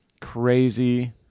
crazy